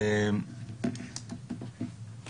ואם